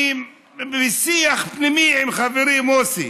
אני בשיח פנימי עם חברי מוסי